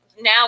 now